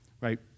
right